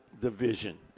division